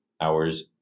hours